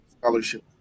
scholarship